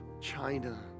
China